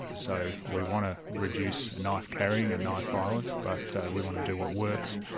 so we want to reduce and knife carrying and knife violence, but we want to do what works,